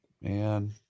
Man